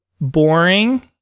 boring